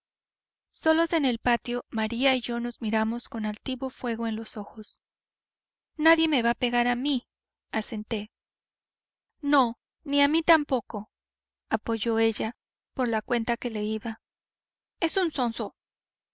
solos en el patio maría y yo nos miramos con altivo fuego en los ojos nadie me va a pegar a mí asenté no ni a mí tampoco apoyó ella por la cuenta que le iba es un zonzo